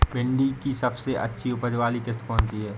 भिंडी की सबसे अच्छी उपज वाली किश्त कौन सी है?